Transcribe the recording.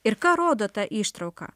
ir ką rodo ta ištrauka